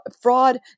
fraud